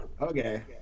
Okay